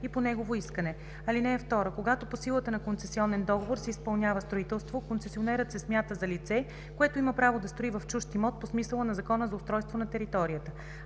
и по негово искане. (2) Когато по силата на концесионен договор се изпълнява строителство, концесионерът се смята за лице, което има право да строи в чужд имот по смисъла на Закона за устройство на територията.